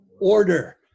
Order